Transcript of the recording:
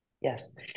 Yes